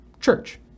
church